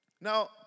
Now